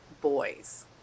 boys